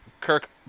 Kirk